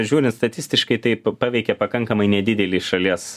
žiūrint statistiškai tai paveikė pakankamai nedidelį šalies